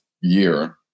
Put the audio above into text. year